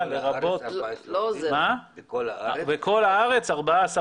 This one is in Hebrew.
לרבות --- בכל הארץ 14 עובדים?